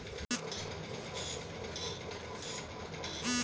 हमें सबसे ज़्यादा मुनाफे वाली फसल की जानकारी दीजिए